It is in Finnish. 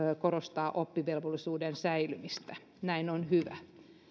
korostaa oppivelvollisuuden säilymistä näin on hyvä